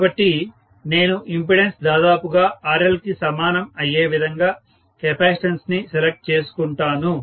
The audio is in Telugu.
కాబట్టి నేను ఇంపెడెన్స్ దాదాపుగా RLకి సమానం అయ్యే విధంగా కెపాసిటన్స్ ని సెలెక్ట్ చేసుకుంటాను